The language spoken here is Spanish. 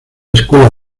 escuela